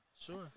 Sure